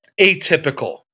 atypical